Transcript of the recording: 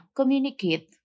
communicate